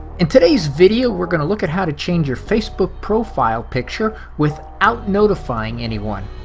in today's video, we're gonna look at how to change your facebook profile picture without notifying anyone.